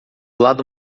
lado